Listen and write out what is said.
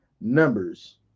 numbers